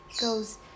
goes